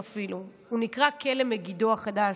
הוא נקרא כלא מגידו החדש.